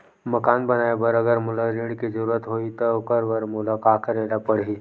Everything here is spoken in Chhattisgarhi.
मकान बनाये बर अगर मोला ऋण के जरूरत होही त ओखर बर मोला का करे ल पड़हि?